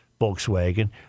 Volkswagen